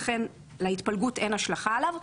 לכן להתפלגות אין השלכה עליו.